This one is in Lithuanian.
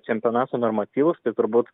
čempionato normatyvus tai turbūt